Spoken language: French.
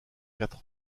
quatre